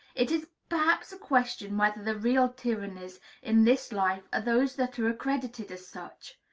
it is perhaps a question whether the real tyrannies in this life are those that are accredited as such.